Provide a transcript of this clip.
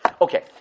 Okay